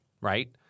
Right